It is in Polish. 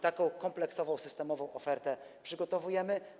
Taką kompleksową, systemową ofertę przygotowujemy.